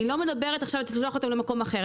אני לא מדברת על זה שתשלח אותם למקום אחר.